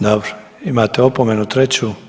Dobro, imate opomenu treću.